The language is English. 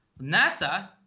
NASA